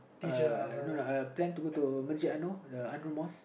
uh no no I plan to go to Memsy-Ano the Andru Mosque